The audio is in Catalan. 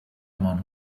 món